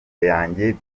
yanjye